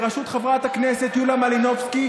בראשות חברת הכנסת יוליה מלינובסקי,